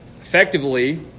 effectively